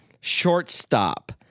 shortstop